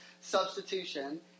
substitution